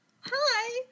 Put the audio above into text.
hi